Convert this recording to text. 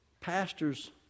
pastors